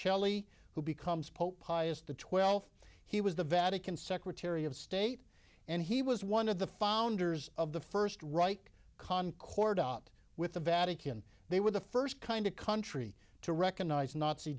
cheli who becomes pope pius the twelfth he was the vatican secretary of state and he was one of the founders of the first reich concorde out with the vatican they were the first kind of country to recognise nazi